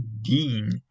Dean